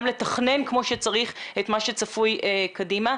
לתכנן כמו שצריך את מה שצפוי קדימה.